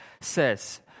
says